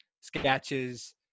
sketches